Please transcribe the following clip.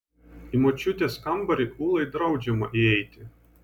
į močiutės kambarį ūlai draudžiama įeiti